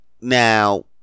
Now